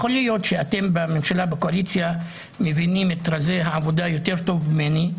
יכול להיות שאתם בממשלה ובקואליציה מבינים את רזי העבודה יותר טוב ממני,